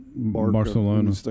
Barcelona